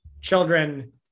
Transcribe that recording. children